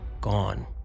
Gone